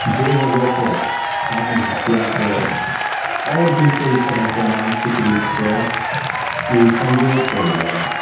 जे वजहसँ आत्महत्याके आओर भी कइ तरहके मानसिक रूपसे ओ कमजोर पड़ि जाइए